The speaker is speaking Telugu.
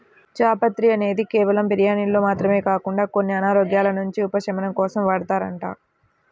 జాపత్రి అనేది కేవలం బిర్యానీల్లో మాత్రమే కాకుండా కొన్ని అనారోగ్యాల నుంచి ఉపశమనం కోసం వాడతారంట